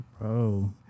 Bro